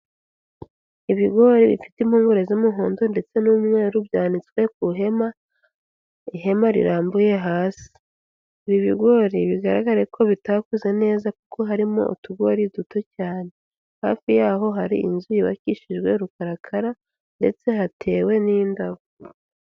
Ibigori bifite impungure z'umuhondo ndetse n'umweru byanitswe ku ihema, ihema rirambuye hasi. Ibi bigori bigaragare ko bitakoze neza kuko harimo utugori duto cyane. Hafi y'ho hari inzu yubakishijwe rukarakara ndetse hatewe n'indabo.